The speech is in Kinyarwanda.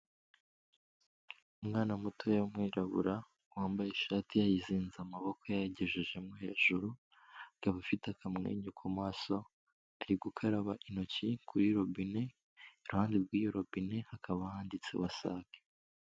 Umwana mutoya w'umwirabura, wambaye ishati yayizinze amaboko yayagejeje mo hejuru, akaba afite akamwenyu ku maso, ari gukaraba intoki kuri robine, iruhande rw'iyo robine hakaba handitse WASAC.